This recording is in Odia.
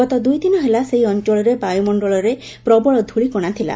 ଗତ ଦୂଇଦିନ ହେଲା ସେହି ଅଞ୍ଚଳରେ ବାୟମଣ୍ଡଳରେ ପ୍ରବଳ ଧ୍ୟଳିକଣା ଥିଲା